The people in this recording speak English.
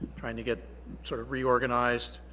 trying to get sort of reorganized.